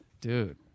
Dude